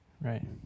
Right